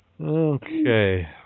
Okay